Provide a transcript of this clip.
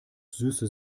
süße